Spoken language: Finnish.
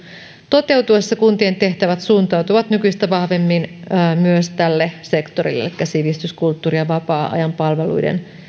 toteutuessa kuntien tehtävät suuntautuvat nykyistä vahvemmin tälle sektorille elikkä sivistys kulttuuri ja vapaa ajanpalveluiden